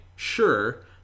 Sure